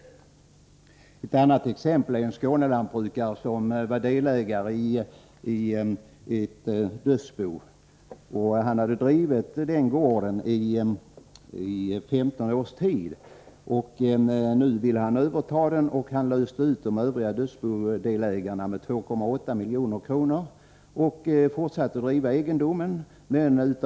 Ett annat exempel är en Skånelantbrukare som var delägare i ett dödsbo. Han hade drivit gården i 15 års tid. Han ville sedan överta den, och han löste ut de övriga dödsbodelägarna med 2,8 milj.kr. Han fortsatte att driva egendomen.